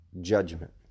judgment